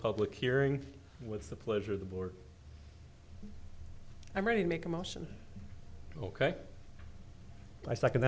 public hearing with the pleasure of the board i'm ready to make a motion ok i second